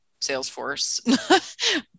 Salesforce